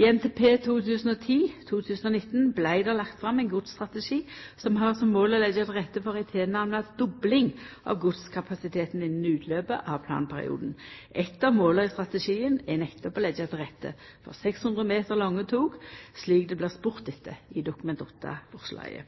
I NTP 2010–2019 vart det lagt fram ein godsstrategi som har som mål å leggja til rette for ei tilnærma dobling av godskapasiteten innan utløpet av planperioden. Eit av måla i strategien er nettopp å leggja til rette for 600 meter lange tog, slik det blir spurt etter i Dokument 8-forslaget.